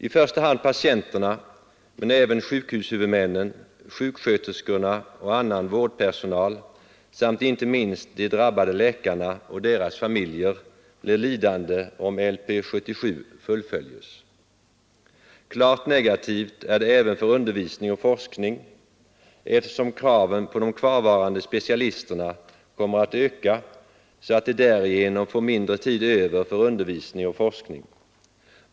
I första hand patienterna men även sjukhushuvudmännen, sjuksköterskorna och annan vårdpersonal samt inte minst de drabbade läkarna och deras familjer blir lidande om LP 77 fullföljes. Klart negativt är det även för undervisning och forskning, eftersom kraven på de kvarvarande specialisterna kommer att öka så att de därigenom får mindre tid över för undervisning och forskning.